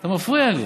אתה מפריע לי.